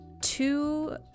two